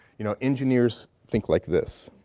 you know, engineers think like this.